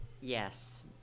Yes